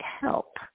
help